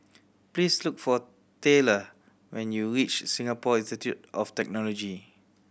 please look for Tayla when you reach Singapore Institute of Technology